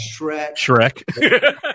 Shrek